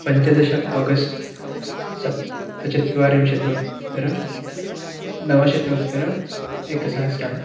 पञ्चदश आगस्ट् सप्तचत्वारिंशतोत्तरनवशतोत्तर एकसहस्रं